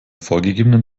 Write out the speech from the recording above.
vorgegebenen